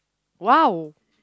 !wow!